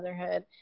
motherhood